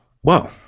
whoa